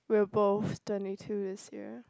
we are both twenty two this year